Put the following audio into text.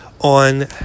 on